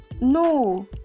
No